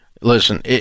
Listen